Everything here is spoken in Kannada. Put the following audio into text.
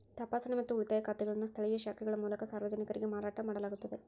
ತಪಾಸಣೆ ಮತ್ತು ಉಳಿತಾಯ ಖಾತೆಗಳನ್ನು ಸ್ಥಳೇಯ ಶಾಖೆಗಳ ಮೂಲಕ ಸಾರ್ವಜನಿಕರಿಗೆ ಮಾರಾಟ ಮಾಡಲಾಗುತ್ತದ